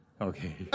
Okay